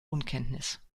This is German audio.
unkenntnis